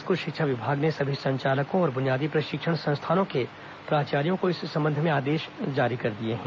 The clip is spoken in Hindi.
स्कूल शिक्षा विभाग ने सभी संचालकों को और बुनियादी प्रशिक्षण संस्थानों के प्राचार्यों को इस संबंध में आदेश जारी कर दिए हैं